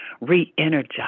re-energize